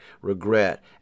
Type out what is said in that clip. regret